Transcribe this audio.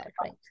Right